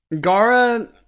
Gara